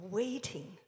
waiting